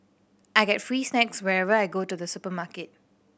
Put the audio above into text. I get free snacks whenever I go to the supermarket